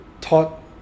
taught